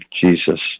Jesus